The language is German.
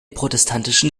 protestantischen